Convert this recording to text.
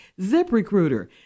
ZipRecruiter